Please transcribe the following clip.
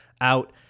out